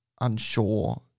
unsure